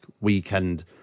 weekend